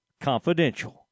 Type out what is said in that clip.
Confidential